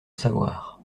savoir